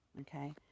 Okay